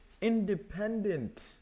independent